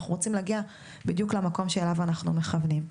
אנחנו רוצים להגיע בדיוק למקום שאליו אנחנו מכוונים.